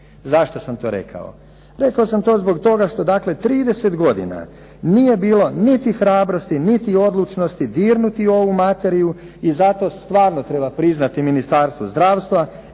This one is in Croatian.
Zašto sam to rekao? Rekao sam to zbog toga što dakle 30 godina nije bilo niti hrabrosti niti odlučnosti dirnuti ovu materiju i zato stvarno treba priznati Ministarstvu zdravstva